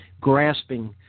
grasping